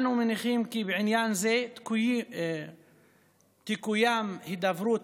אנו מניחות כי בעניין זה תקוים הידברות